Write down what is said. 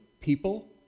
people